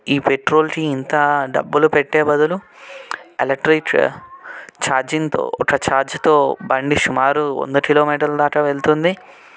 ఈ పెట్రోల్కి ఇంత డబ్బులు పెట్టే బదులు ఎలక్ట్రిక్ ఛార్జింగ్తో ఒక ఛార్జ్తో బండి సుమారు వంద కిలోమీటర్ల దాకా వెళుతుంది